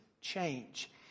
change